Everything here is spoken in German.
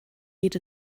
geht